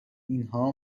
اینها